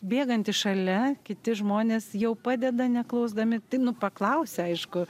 bėgantys šalia kiti žmonės jau padeda neklausdami tai nu paklausia aišku